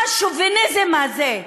מה השוביניזם הזה?